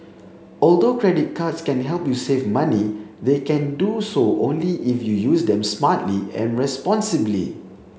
although credit cards can help you save money they can do so only if you use them smartly and responsibly